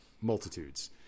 multitudes